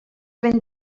ben